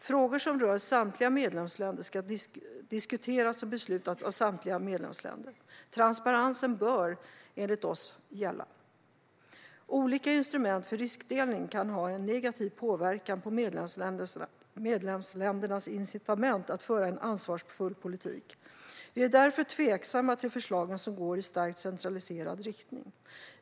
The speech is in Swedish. Frågor som rör samtliga medlemsländer ska diskuteras och beslutas av samtliga medlemsländer. Transparensen bör, enligt oss, gälla. Olika instrument för riskdelning kan ha en negativ påverkan på medlemsländernas incitament att föra en ansvarsfull politik. Vi är därför tveksamma till de förslag som går i starkt centraliserad riktning.